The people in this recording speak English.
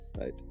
right